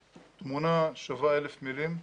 קל מאוד לתקוף אותנו, תמונה שווה אלף מילים,